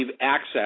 access